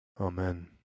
amen